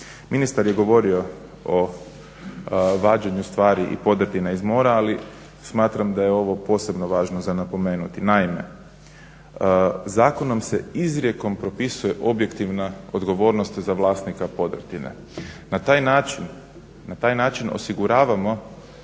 Ministar je govorio o vađenju stvari i podrtina iz mora ali smatram da je ovo posebno važno za napomenuti. Naime, zakonom se izrijekom propisuje objektivna odgovornost za vlasnika podrtine. Na taj način, na